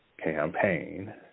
campaign